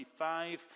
25